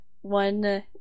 one